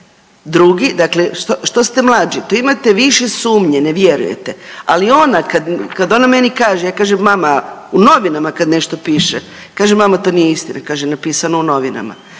Drugi, dakle, što ste mlađi, to imate više sumnje, ne vjerujete. Ali ona, kad ona meni kaže, ja kažem mama, u novinama kad nešto piše, kažem mama, to nije istina, kaže napisano u novinama.